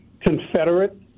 Confederate